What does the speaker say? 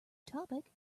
topic